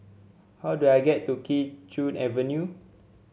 how do I get to Kee Choe Avenue